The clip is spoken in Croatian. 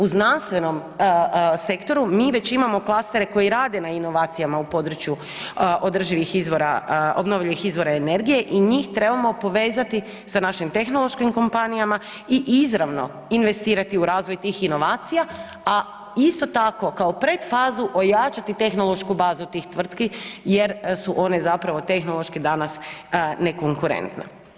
U znanstvenom sektoru mi već imamo klastere koji rade na inovacijama u području održivih izvora, obnovljivih izvora energije i njih trebamo povezati sa našim tehnološkim kompanijama i izravno investirati u razvoj tih inovacija, a isto tako kao i predfazu ojačati tehnološku bazu tih tvrtki jer su one zapravo tehnološki danas nekonkurentne.